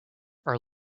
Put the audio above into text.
are